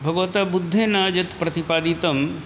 भगवता बुद्धेन यत् प्रतिपादितं